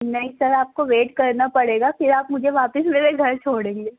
نہیں سر آپ کو ویٹ کرنا پڑے گا پھر آپ مجھے واپس میرے گھر چھوڑیں گے